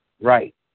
Right